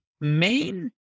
main